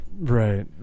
right